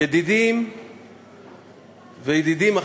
ידידים-ידידים,